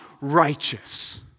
righteous